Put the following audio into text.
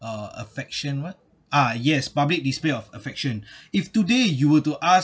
uh affection what uh yes public display of affection if today you were to ask